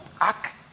act